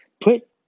Put